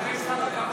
אח שלי, תחפש כמה כבוד,